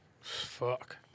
Fuck